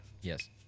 Yes